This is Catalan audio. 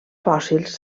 fòssils